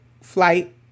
flight